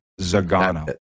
Zagano